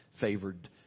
favored